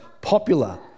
popular